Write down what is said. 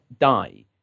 die